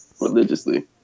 religiously